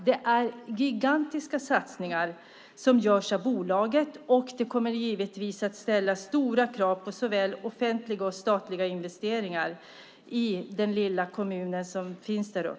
Det är gigantiska satsningar som bolaget gör, och det kommer givetvis att ställa stora krav på offentliga och statliga investeringar i denna lilla kommun.